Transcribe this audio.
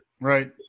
Right